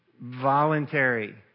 Voluntary